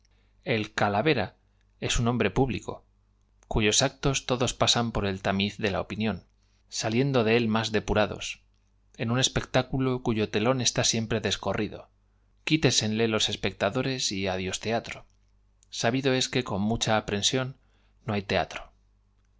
el calavera es un hombre público cuyos n o tiene y así sólo la usaré porque n o teniendo actos todos pasan por el tamiz de la opinión saotra á mano y encontrando esa establecida liendo d e él más depurados e n u n espectáculo aquellos mismos cuya causa defiendo se harán cuyo telón está siempre descorrido quítensele cargo de lo difícil que me sería darme á enten los espectadores y adiós teatro sabido es que der valiéndome para designarlos de una pala con mucha aprensión no hay teatro